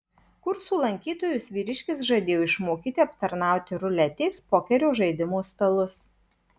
kursų lankytojus vyriškis žadėjo išmokyti aptarnauti ruletės pokerio žaidimo stalus